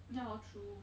ya lor true